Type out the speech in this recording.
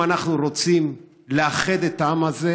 אם אנחנו רוצים לאחד את העם הזה,